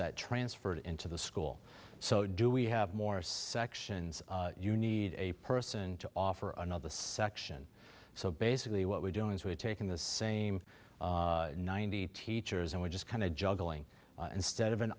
that transferred into the school so do we have more sections you need a person to offer another section so basically what we're doing is we're taking the same ninety teachers and we're just kind of juggling instead of an